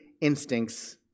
instincts